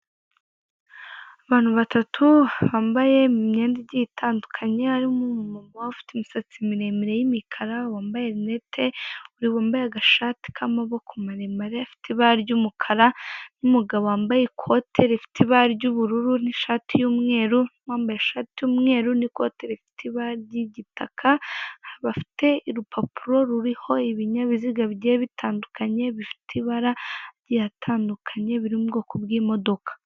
Three people wearing different clothes, one is a woman with long black hair, wearing glasses, a long sleeved shirt that is black. One man wearing a blue blazer, and a white shirt and another one wearing a white shirt and a brown blazer. They are holding a poster with different vehicles in different colors that are cars.